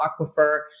aquifer